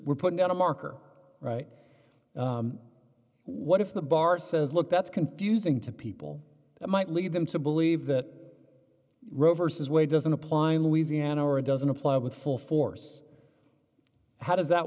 we're putting out a marker right now what if the bar says look that's confusing to people that might lead them to believe that roe versus wade doesn't apply in louisiana or doesn't apply with full force how does that